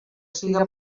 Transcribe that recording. siga